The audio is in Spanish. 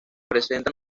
presenta